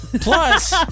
Plus